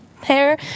hair